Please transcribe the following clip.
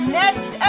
next